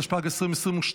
התשפ"ג 2022,